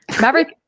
Maverick